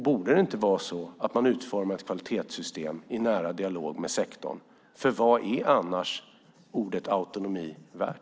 Borde det inte vara så att man utformar ett kvalitetssystem i nära dialog med sektorn? Vad är annars ordet autonomi värt?